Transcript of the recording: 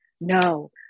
no